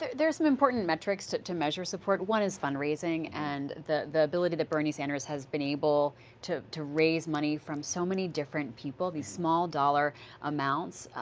there are important metrics to to measure support. one is fundraising. and the the ability that bernie sanders has been able to to raise money from so many different people, these small dollar amounts,